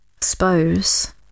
suppose